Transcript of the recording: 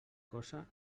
cosa